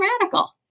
radical